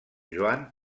joan